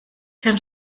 kann